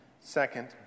Second